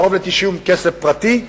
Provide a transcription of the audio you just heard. קרוב ל-90 כסף פרטי.